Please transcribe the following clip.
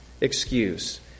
excuse